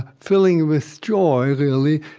filling with joy, really,